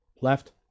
Left